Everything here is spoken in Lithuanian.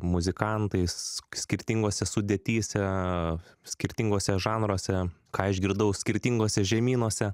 muzikantais skirtingose sudėtyse skirtinguose žanruose ką išgirdau skirtinguose žemynuose